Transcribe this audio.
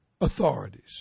Authorities